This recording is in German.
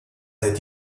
seit